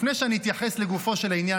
לפני שאני אתייחס לגופו של עניין,